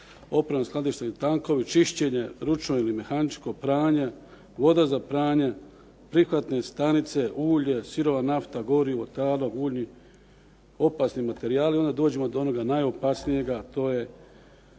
oprema skladišni tankovi, čišćenje ručno ili mehaničko, pranje, voda za pranje, prihvatne stanice, ulje, sirova nafta, gorivo, talog uljni, opasni materijali onda dođemo do onoga najopasnijega, a to je